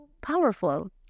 Powerful